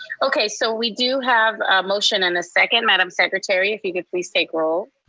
okay, so we do have a motion and a second, madam secretary, if you can please take roll